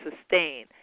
sustain